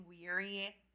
weary